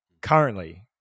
Currently